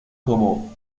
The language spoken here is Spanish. como